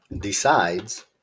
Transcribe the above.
decides